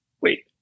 Wait